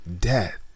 death